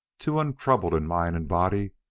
too untroubled in mind and body,